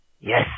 Yes